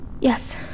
Yes